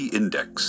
index